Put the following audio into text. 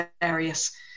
various